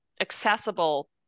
accessible